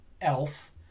Elf